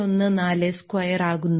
414 square ആകുന്നു